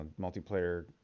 multiplayer